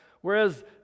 Whereas